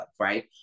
right